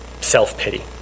self-pity